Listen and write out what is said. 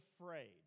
afraid